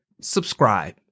subscribe